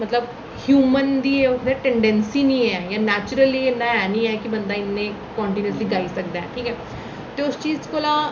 मतलब ह्यूमन दी एह् टंडैन्सी निं ऐ नैचुरली इन्ना है निं ऐ कि बंदा इन्ना कांटिन्यूसली करै करदा ऐ ठीक ऐ ते उस चीज कोला